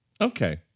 Okay